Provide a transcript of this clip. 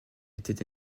était